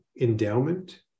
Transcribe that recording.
Endowment